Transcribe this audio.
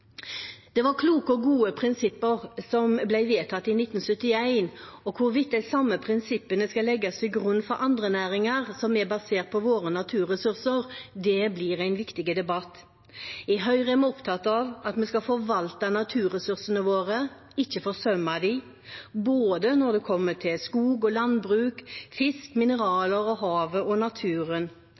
Det var kloke og gode prinsipper som ble vedtatt i 1971, og hvorvidt de samme prinsippene skal legges til grunn for andre næringer som er basert på våre naturressurser, blir en viktig debatt. I Høyre er vi opptatt av at vi skal forvalte naturressursene våre, ikke forsømme dem, både når det gjelder skog og landbruk, fisk, mineraler, havet og naturen.